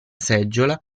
seggiola